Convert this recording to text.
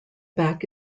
back